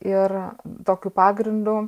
ir tokiu pagrindu